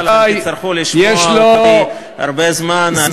לכן תצטרכו לשמוע אותי הרבה זמן.